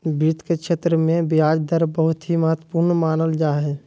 वित्त के क्षेत्र मे ब्याज दर बहुत ही महत्वपूर्ण मानल जा हय